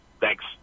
Thanks